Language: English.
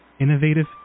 innovative